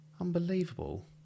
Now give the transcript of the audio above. Unbelievable